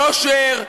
יושר,